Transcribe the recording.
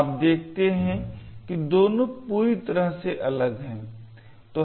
आप देखते हैं कि दोनों पूरी तरह से अलग हैं